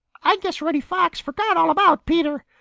i guess reddy fox forgot all about peter.